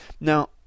Now